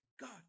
God